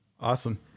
awesome